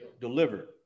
delivered